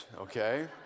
okay